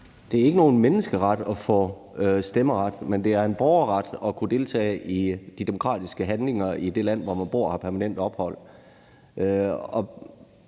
Det er ikke nogen menneskeret at få stemmeret, men det er en borgerret at kunne deltage i de demokratiske handlinger i det land, hvor man bor og har permanent ophold.